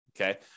okay